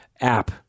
app